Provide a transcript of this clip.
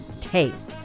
tastes